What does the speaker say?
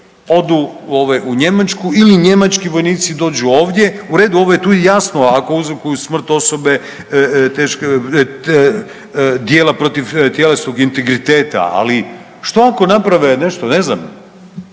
u Njemačku ili njemački vojnici dođu ovdje, u redu, ovo je tu i jasno, ako uz smrt osobe teške, djela protiv tjelesnog integriteta, ali što ako naprave nešto, ne znam,